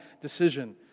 decision